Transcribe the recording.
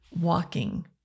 walking